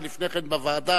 ולפני כן בוועדה,